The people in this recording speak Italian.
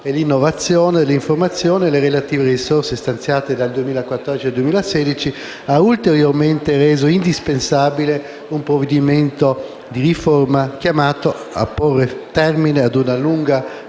e l'innovazione dell'informazione, e le relative risorse stanziate dal 2014 al 2016, ha ulteriormente reso indispensabile un provvedimento di riforma chiamato a porre termine ad una lunga